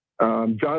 John